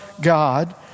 God